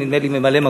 נדמה לי ממלא-מקום,